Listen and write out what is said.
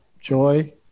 Joy